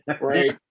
right